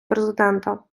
президента